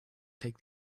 take